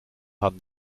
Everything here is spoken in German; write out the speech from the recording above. haben